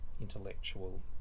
intellectual